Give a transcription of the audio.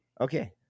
Okay